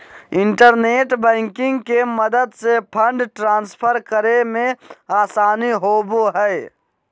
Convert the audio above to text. internet banking के मदद से फंड ट्रांसफर करे मे आसानी होवो हय